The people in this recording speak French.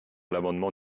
l’amendement